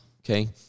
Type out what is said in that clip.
Okay